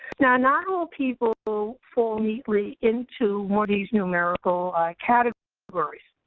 now, not all people fall neatly into one of these numerical categories.